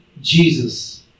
Jesus